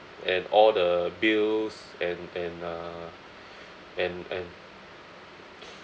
and all the bills and and uh and and